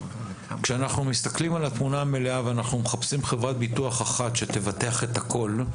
כשאנחנו מסתכלים על התמונה המלאה ומחפשים חברת ביטוח אחת שתבטח את הכול,